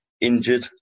injured